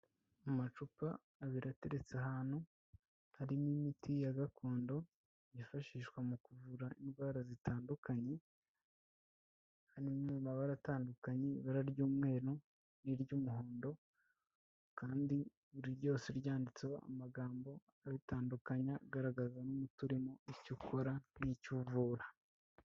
Amacupa abiri ateretse ahantu, hari mo imiti ya gakondo, yifashishwa mu kuvura indwara zitandukanye, harimo amabara atandukanye ibara ry'umweru n'iry'umuhondo kandi buri ryose ryanditseho amagambo abitandukanya agaragaza n'umuti urimo icyo ukora n'icyovura.